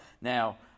Now